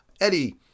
Eddie